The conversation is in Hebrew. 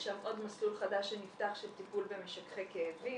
יש שם עוד מסלול חדש שנפתח של טיפול במשככי כאבים,